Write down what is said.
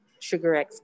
SugarX